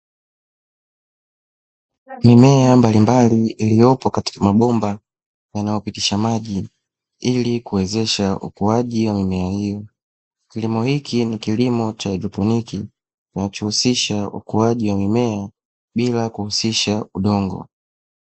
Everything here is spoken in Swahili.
Mimea mbalimbali iliyopo katika mabomba yanayopitisha maji ili kuwezesha ukuaji wa mimea hii. Kilimo hichi ni kilimo cha haidroponiki, kinachohusisha ukuaji wa mimea bila kuhusisha udongo.